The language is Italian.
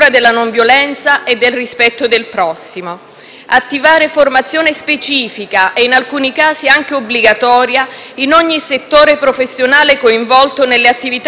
attivare formazione specifica e, in alcuni casi, anche obbligatoria in ogni settore professionale coinvolto nelle attività di prevenzione e di contrasto alla violenza di genere;